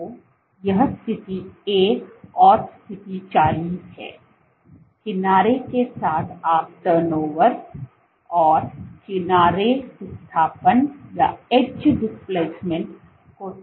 तो यह स्थिति 1 और स्थिति 40 है किनारे के साथ आप टर्न ओवर और किनारे विस्थापन को ट्रैक कर सकते हैं